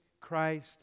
Christ